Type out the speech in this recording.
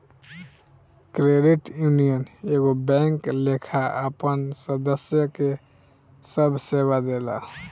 credit union एगो bank लेखा आपन सदस्य के सभ सेवा देला